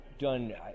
done